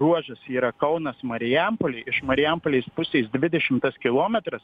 ruožas yra kaunas marijampolė iš marijampolės pusės dvidešimtas kilometras